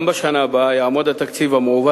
גם בשנה הבאה יעמוד התקציב המועבר